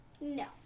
No